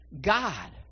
God